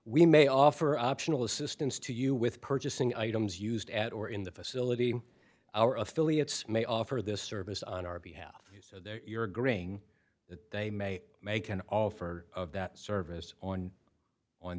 we may offer optional assistance to you with purchasing items used at or in the facility our affiliates may offer this service on our behalf your agreeing that they may make an offer that service on on